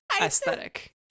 aesthetic